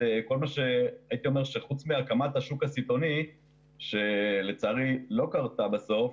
הייתי אומר שחוץ מהקמת השוק הסיטונאי שלצערי לא קרה בסוף,